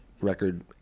record